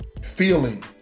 feeling